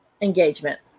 engagement